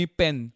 pen